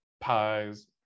pies